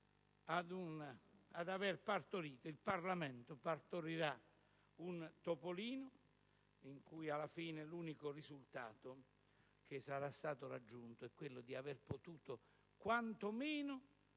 il Parlamento partorirà un topolino e alla fine l'unico risultato che sarà stato raggiunto è quello di aver quantomeno